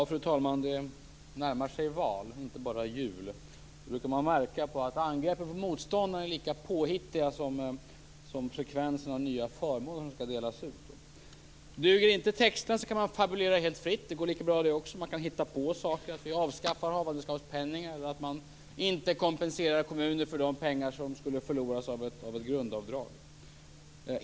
Fru talman Vi närmar oss val, inte bara julen. Då brukar påhittigheten vad gäller angrepp på motståndarna vara lika stor som frekvensen när det gäller nya förmåner som skall delas ut. Om texten inte duger går det lika bra att fabulera helt fritt. Man kan också hitta på saker - att vi avskaffar havandeskapspenningen eller att kommunerna inte kompenseras för de pengar som skulle gå förlorade i och med grundavdraget.